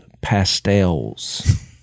pastels